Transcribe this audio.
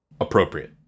appropriate